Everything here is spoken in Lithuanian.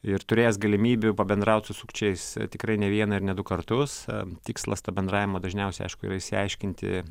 ir turėjęs galimybių pabendraut su sukčiais tikrai ne vieną ir ne du kartus tikslas to bendravimo dažniausiai aišku yra išsiaiškinti